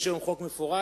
יש היום חוק מפורש.